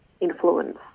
influence